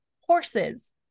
horses